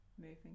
moving